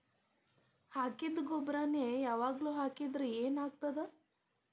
ಹಾಕಿದ್ದ ಗೊಬ್ಬರಾನೆ ಯಾವಾಗ್ಲೂ ಹಾಕಿದ್ರ ಏನ್ ಆಗ್ತದ?